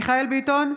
מיכאל מרדכי ביטון,